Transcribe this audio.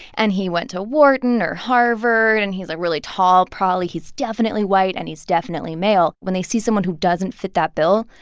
and he went to wharton or harvard, and he's, like, ah really tall, probably. he's definitely white, and he's definitely male. when they see someone who doesn't fit that bill,